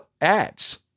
ads